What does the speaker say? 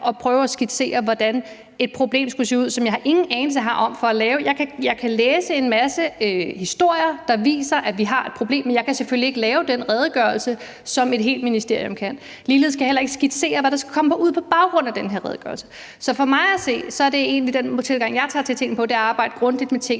og prøve at skitsere, hvordan et problem, som jeg ikke har nogen anelse om, skulle se ud. Jeg kan læse en masse historier, der viser, at vi har et problem, men jeg kan selvfølgelig ikke lave den redegørelse, som et helt ministerium kan. Ligeledes kan jeg heller ikke skitsere, hvad der skal komme ud på baggrund af den her redegørelse. Så den tilgang, jeg egentlig har til tingene, er at arbejde grundigt med tingene